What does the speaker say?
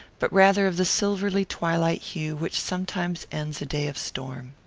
but rather of the silvery twilight hue which sometimes ends a day of storm.